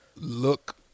look